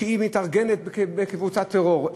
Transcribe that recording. שמתארגנת בקבוצת טרור,